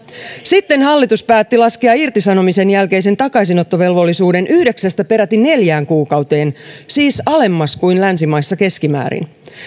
sitten hallitus päätti laskea irtisanomisen jälkeisen takaisinottovelvollisuuden yhdeksästä peräti neljään kuukauteen siis alemmas kuin länsimaissa keskimäärin